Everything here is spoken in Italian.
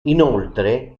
inoltre